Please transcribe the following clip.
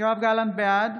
בעד